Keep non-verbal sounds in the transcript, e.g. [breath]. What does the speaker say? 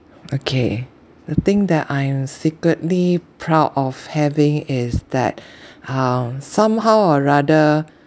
okay the thing that I'm secretly proud of having is that [breath] uh somehow or rather